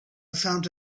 found